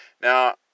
Now